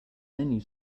menu